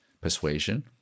persuasion